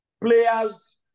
players